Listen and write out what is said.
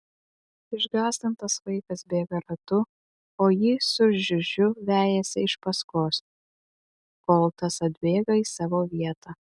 išgąsdintas vaikas bėga ratu o jį su žiužiu vejasi iš paskos kol tas atbėga į savo vietą